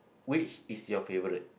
which is your favourite